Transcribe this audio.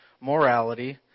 morality